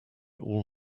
all